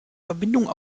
verbindung